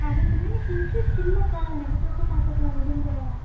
அதுக்குலாம் எனக்கு இன்ட்ரெஸ்ட் இல்லைக்கா அது நடக்குறப்போ பார்த்துக்கலாம் விடுங்கள்